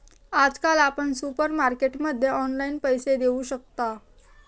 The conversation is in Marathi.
आजकाल आपण सुपरमार्केटमध्ये ऑनलाईन पैसे देऊ शकता